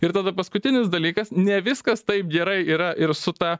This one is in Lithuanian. ir tada paskutinis dalykas ne viskas taip gerai yra ir su ta